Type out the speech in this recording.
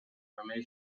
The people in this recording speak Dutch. waarmee